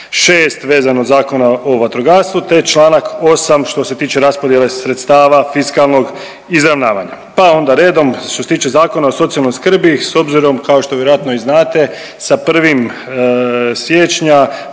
6. vezano Zakona o vatrogastvu, te čl. 8. što se tiče raspodjele sredstava fiskalnog izravnavanja, pa onda redom. Što se tiče Zakona o socijalnoj skrbi s obzirom kao što vjerojatno i znate sa 1. siječnja